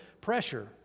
pressure